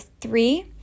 three